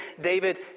David